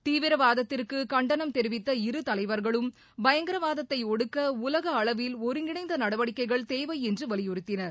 தீவிரவாதத்திற்கு கண்டனம் தெரிவித்த இரு தலைவர்களும் பயங்கரவாதத்தை ஒடுக்க உலக அளவில் ஒருங்கிணைந்த நடவடிக்கைகள் தேவை என்று வலியுறுத்தினர்